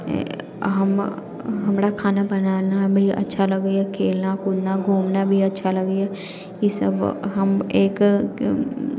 हम हमरा खाना बनाना भी अच्छा लगैए खेलना कूदना घूमना भी अच्छा लगैए ईसब हम एक